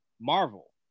marvel